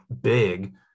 big